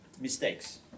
mistakes